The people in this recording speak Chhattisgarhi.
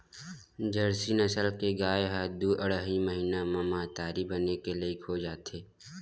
जरसी नसल के गाय ह दू अड़हई महिना म महतारी बने के लइक हो जाथे